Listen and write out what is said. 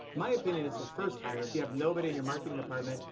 my opinion is a first hire, if you have nobody in your marketing department,